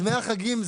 דמי החגים,